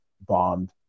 bombed